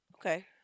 Okay